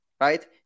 right